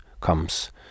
comes